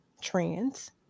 trends